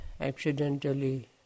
accidentally